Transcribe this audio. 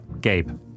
Gabe